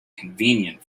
convenient